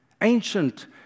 Ancient